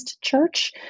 church